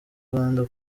rwanda